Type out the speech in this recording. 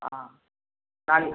ஆ நாளைக்கு